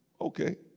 okay